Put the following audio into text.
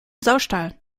saustall